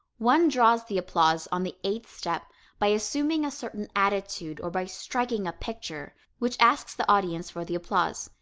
one draws the applause on the eighth step by assuming a certain attitude or by striking a picture which asks the audience for the applause,